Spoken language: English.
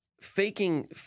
faking